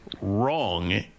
Wrong